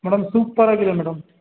madam super ಆಗಿದೆ madam